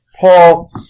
Paul